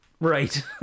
right